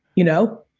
you know?